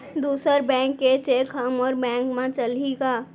दूसर बैंक के चेक ह मोर बैंक म चलही का?